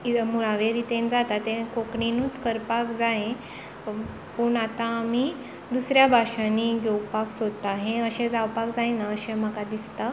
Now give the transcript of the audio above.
मुळावे रितीन जाता तें कोंकणीनूच करपाक जाय पूण आतां आमी दुसऱ्यां भाशांनी घेवपाक सोदतां हें अशें जावपाक जायनां अशें म्हाका दिसता